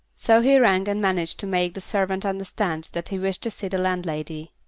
so he rang and managed to make the servant understand that he wished to see the landlady.